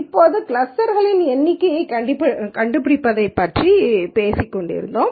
இப்போது கிளஸ்டர்க்களின் எண்ணிக்கையைக் கண்டுபிடிப்பதைப் பற்றி பேசிக்கொண்டிருந்தோம்